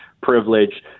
privilege